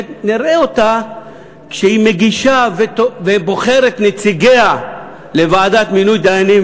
ונראה אותה כשהיא מגישה ובוחרת את נציגיה לוועדת מינוי דיינים,